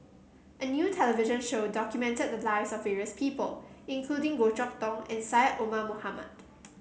a new television show documented the lives of various people including Goh Chok Tong and Syed Omar Mohamed